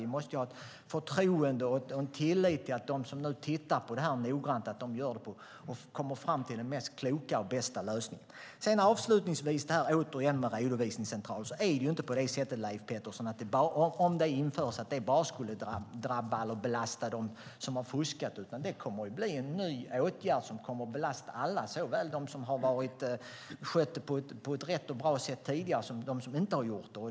Vi måste ha förtroende för och tillit till att de som nu tittar på detta noggrant kommer fram till den klokaste och bästa lösningen. Avslutningsvis handlar det återigen om redovisningscentraler. Om det införs, Leif Pettersson, skulle det inte bara drabba eller belasta dem som har fuskat. Detta kommer att bli en ny åtgärd som kommer att belasta alla, såväl dem som har skött det hela på ett riktigt och bra sätt tidigare som dem som inte har gjort det.